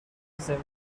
زمزمه